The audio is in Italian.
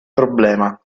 problema